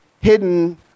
hidden